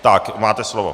Tak, máte slovo.